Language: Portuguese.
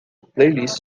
playlist